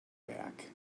back